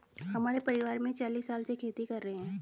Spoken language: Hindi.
हमारे परिवार में चालीस साल से खेती कर रहे हैं